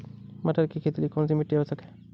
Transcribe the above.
मटर की खेती के लिए कौन सी मिट्टी आवश्यक है?